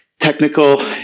Technical